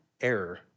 error